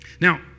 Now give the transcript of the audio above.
Now